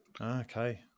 Okay